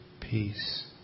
peace